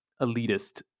elitist